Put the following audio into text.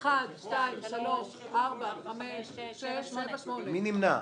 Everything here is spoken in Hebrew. אין הרביזיה מס' 13 של הרשימה המשותפת לא נתקבלה.